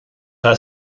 her